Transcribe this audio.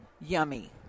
yummy